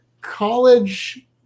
college